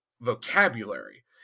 vocabulary